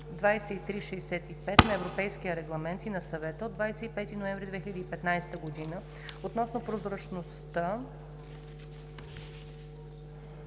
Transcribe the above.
2015/2365 на Европейския парламент и на Съвета от 25 ноември 2015 г. относно прозрачността